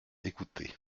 écouter